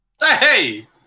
Hey